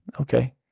okay